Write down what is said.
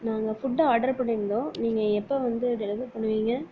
நாங்கள் food order பண்ணியிருந்தோம் நீங்கள் எப்போது வந்து டெலிவரி பண்ணுவீங்க